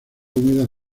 húmedas